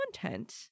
content